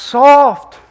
soft